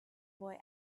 boy